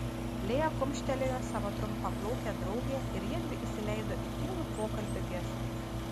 lėja kumštelėjo savo trumpaplaukę draugę ir jiedvi įsileido į tylų pokalbį gestais